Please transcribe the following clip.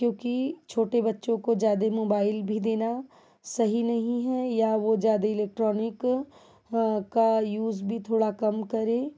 क्योंकि छोटे बच्चों को ज़्यादे मोबाइल भी देना सही नहीं है या वह ज़्यादा इलेक्ट्रॉनिक का यूज़ भी थोड़ा कम करें